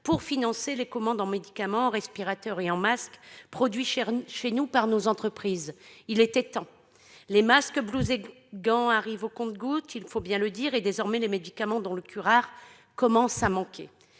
pour financer les commandes de médicaments, de respirateurs et de masques produits chez nous par nos entreprises. Il était temps ! Masques, blouses et gants arrivent au compte-gouttes, il faut bien le dire, et désormais les médicaments, dont le curare, commencent à manquer.